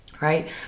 right